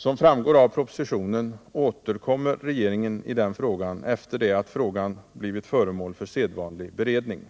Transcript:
Som framgår av propositionen återkommer regeringen i den frågan efter det att frågan blivit föremål för sedvanlig beredning.